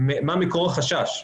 מה מקור החשש,